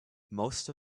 most